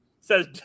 says